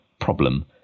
problem